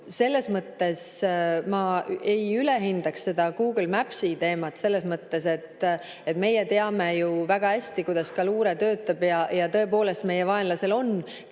teeme. Ma ei ülehindaks seda Google Mapsi teemat. Selles mõttes, et meie teame ju väga hästi, kuidas ka luure töötab. Ja tõepoolest, meie vaenlasel on teada